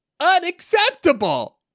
Unacceptable